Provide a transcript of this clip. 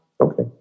Okay